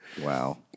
wow